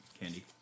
candy